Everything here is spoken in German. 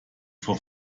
vor